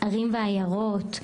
ערים ועיירות.